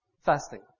fasting